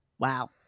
Wow